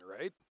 Right